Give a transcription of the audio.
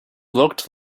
looked